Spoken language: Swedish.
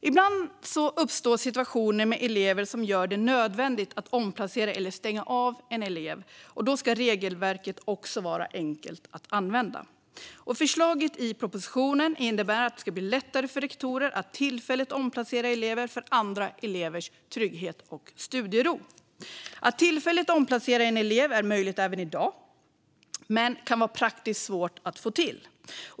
Ibland uppstår situationer med elever som gör det nödvändigt att omplacera eller stänga av en elev. Då ska regelverket vara enkelt att använda. Förslaget i propositionen innebär att det ska bli lättare för rektorer att tillfälligt omplacera elever för andra elevers trygghet och studiero. Att tillfälligt omplacera en elev är möjligt även i dag, men det kan vara praktiskt svårt att få till.